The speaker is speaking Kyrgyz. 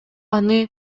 аны